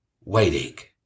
waiting